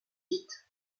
dites